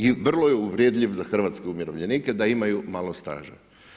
I vrlo je uvredljiv za hrvatske umirovljenike da imaju malo staža.